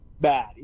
bad